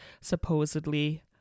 supposedly